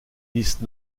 liste